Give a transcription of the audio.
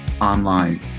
online